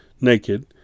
naked